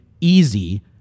easy